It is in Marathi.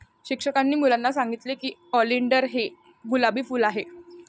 शिक्षकांनी मुलांना सांगितले की ऑलिंडर हे गुलाबी फूल आहे